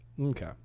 Okay